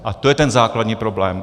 A to je ten základní problém.